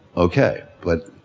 ok, but,